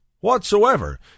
whatsoever